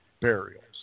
burials